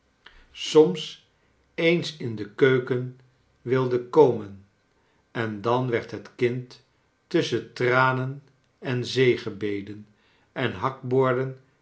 soms eens in de keuken wilde komen en dan werd het kind tusschen tranen en zegebeden en